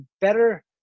better